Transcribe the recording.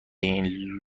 این